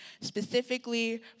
specifically